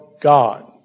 God